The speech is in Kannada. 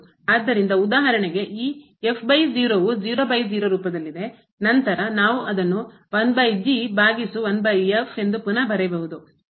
ಆದ್ದರಿಂದ ಉದಾಹರಣೆಗೆ ಈ 0 ವು 00 ರೂಪದಲ್ಲಿದೆ ನಂತರ ನಾವು ಅದನ್ನು ಭಾಗಿಸು ಎಂದು ಪುನಃ ಬರೆಯಬಹುದು